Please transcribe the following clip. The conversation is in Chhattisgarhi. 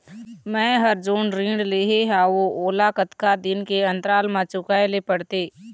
मैं हर जोन ऋण लेहे हाओ ओला कतका दिन के अंतराल मा चुकाए ले पड़ते?